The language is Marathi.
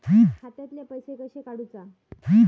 खात्यातले पैसे कशे काडूचा?